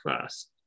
first